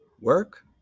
Work